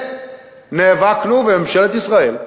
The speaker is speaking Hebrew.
נאבקנו, וממשלת ישראל,